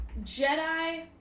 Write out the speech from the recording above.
Jedi